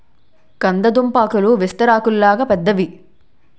కంద దుంపాకులు విస్తరాకుల్లాగా పెద్దవి